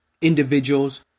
Individuals